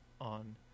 on